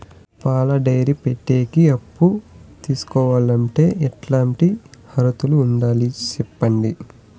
పాల డైరీ పెట్టేకి అప్పు తీసుకోవాలంటే ఎట్లాంటి అర్హతలు ఉండాలి సెప్పండి?